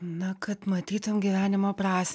na kad matytum gyvenimo pras